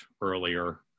earlier